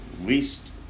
least